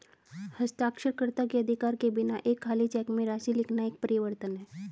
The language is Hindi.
हस्ताक्षरकर्ता के अधिकार के बिना एक खाली चेक में राशि लिखना एक परिवर्तन है